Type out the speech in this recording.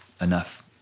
enough